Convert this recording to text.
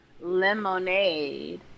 Lemonade